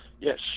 Yes